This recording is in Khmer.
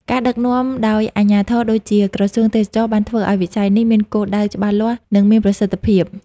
ការដឹកនាំដោយអាជ្ញាធរដូចជា ក្រសួងទេសចរណ៍បានធ្វើឱ្យវិស័យនេះមានគោលដៅច្បាស់លាស់ និងមានប្រសិទ្ធភាព។